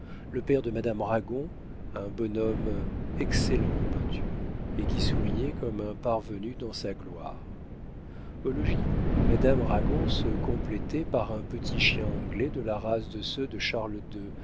le père de madame ragon un bonhomme excellent en peinture et qui souriait comme un parvenu dans sa gloire au logis madame ragon se complétait par un petit chien anglais de la race de ceux de charles